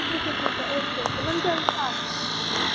ਠੀਕ ਐ ਠੀਕ ਐ ਓਕੇ ਓਕੇ ਮੈਮ ਜਲਦੀ ਆ ਜਿਓ ਫਿਰ ਤੁਸੀਂ